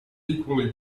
equally